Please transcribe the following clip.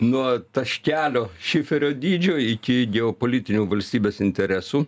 nuo taškelio šiferio dydžio iki geopolitinių valstybės interesų